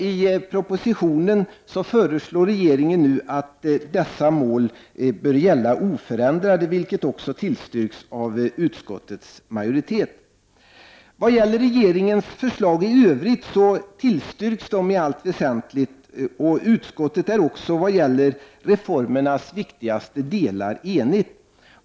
I propositionen föreslår regeringen att dessa mål bör gälla oförändrade, vilket också tillstyrks av utskottets majoritet. I vad gäller regeringens förslag i övrigt tillstyrks de i allt väsentligt, och utskottet är också enigt beträffande reformens viktigaste delar.